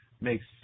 makes